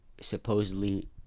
Supposedly